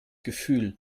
gefühl